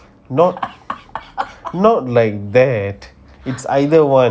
not not like that it's either one